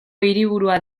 hiriburua